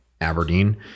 Aberdeen